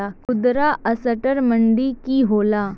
खुदरा असटर मंडी की होला?